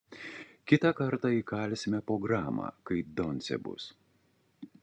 kitą kartą įkalsime po gramą kai doncė bus